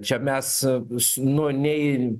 čia mes su noi nei